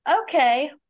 okay